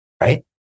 right